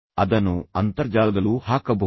ಅದನ್ನು ಅಂತರ್ಜಾಲದಲ್ಲೂ ಹಾಕಬಹುದು